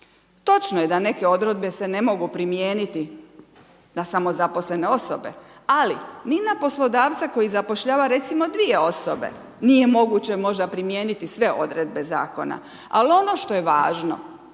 Točno je da neke odredbe se ne mogu primijeniti na samozaposlene osobe, ali ni na poslodavca koji zapošljava recimo dvije osobe nije moguće možda primijeniti sve odredbe zakona. Ali ono što je važno,